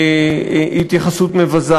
בהתייחסות מבזה.